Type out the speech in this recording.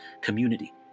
community